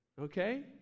Okay